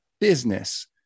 business